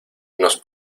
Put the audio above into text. nos